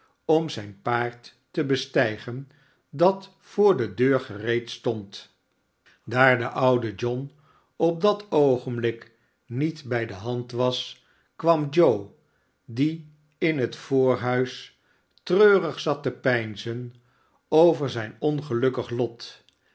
om zijn paard te bestijge dat voor de deur gereed stond daar de oude john op dat oogenblik niet bij de hand was kwam joe die in het voorhuis treurig zat te peinzen over zijn ongelukkig lot